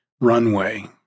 runway